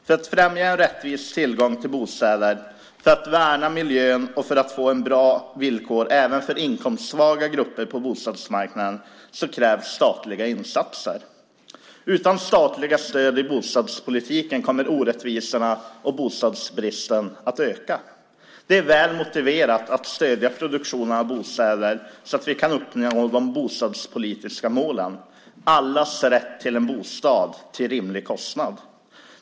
För att främja en rättvis tillgång till bostäder, för att värna miljön och för att få bra villkor även för inkomstsvaga grupper på bostadsmarknaden krävs statliga insatser. Utan statliga stöd i bostadspolitiken kommer orättvisorna och bostadsbristen att öka. Det är väl motiverat att stödja produktionen av bostäder så att vi kan uppnå de bostadspolitiska målen: Allas rätt till en bostad till rimlig kostnad.